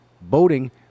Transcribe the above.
boating